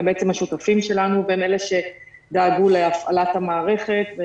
הם בעצם השותפים שלנו והם אלה שדאגו להפעלת המערכת.